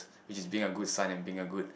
which is being a good son and being a good